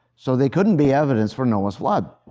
so they couldn't be evidence for noah's flood.